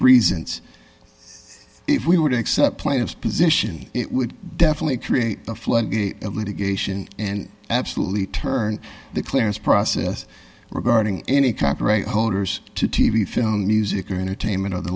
reasons if we were to accept plans position it would definitely create a floodgate of litigation and absolutely turned the clearance process regarding any copyright holders to t v film music or entertainment or the